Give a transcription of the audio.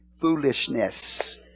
foolishness